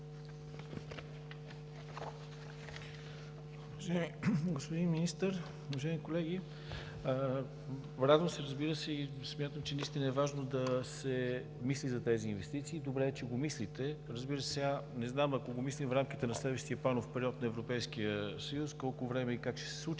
господин Министър, уважаеми колеги! Радвам се, разбира се, и смятам, че наистина е важно да се мисли за тези инвестиции. Добре е, че го мислите. Не знам, ако го мислим в рамките на следващия планов период на Европейския съюз, колко време и как ще се случи